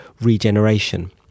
regeneration